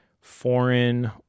foreign